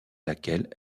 laquelle